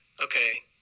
Okay